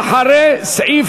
לאחרי סעיף